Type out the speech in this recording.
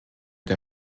der